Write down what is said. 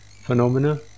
phenomena